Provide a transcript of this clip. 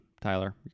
Tyler